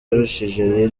yarushije